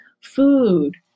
food